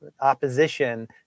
opposition